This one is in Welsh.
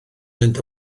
mynd